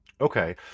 Okay